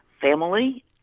family